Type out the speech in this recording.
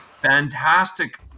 Fantastic